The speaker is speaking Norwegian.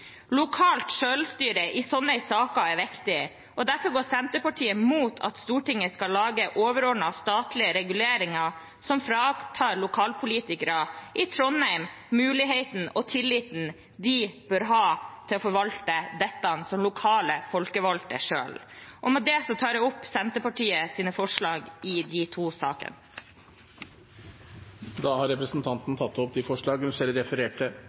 Lokalt selvstyre i slike saker er viktig. Derfor går Senterpartiet imot at Stortinget skal lage overordnede, statlige reguleringer som fratar lokalpolitikere i Trondheim muligheten og tilliten de bør ha til å forvalte dette selv, som lokale folkevalgte. Med det tar jeg opp Senterpartiets forslag i sak nr. 8. Representanten Sandra Borch har tatt opp de forslagene hun refererte